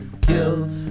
guilt